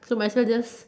so might as well just